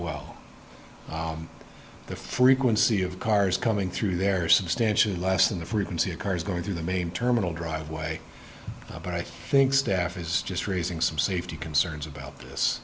well the frequency of cars coming through there are substantially less than the frequency of cars going through the main terminal driveway but i think staff is just raising some safety concerns about